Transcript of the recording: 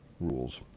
rules.